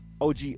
OG